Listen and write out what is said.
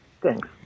Thanks